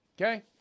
Okay